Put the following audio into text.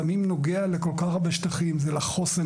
סמים נוגעים לכל כך הרבה שטחים: לחוסן